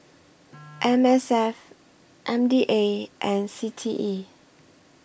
M S F M D A and C T E